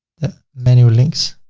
the manual links.